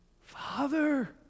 Father